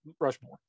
Rushmore